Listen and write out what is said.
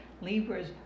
Libras